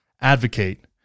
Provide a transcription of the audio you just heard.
advocate